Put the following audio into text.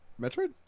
Metroid